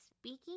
speaking